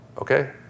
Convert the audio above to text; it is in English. Okay